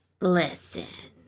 listen